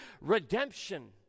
redemption